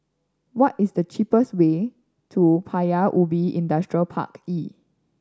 what is the cheapest way to Paya Ubi Industrial Park E